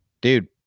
Dude